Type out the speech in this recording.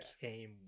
came